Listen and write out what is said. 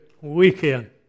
weekend